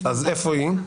אז איפה היא?